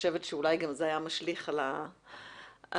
אולי זה היה משליך על העבודה.